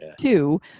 Two